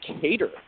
cater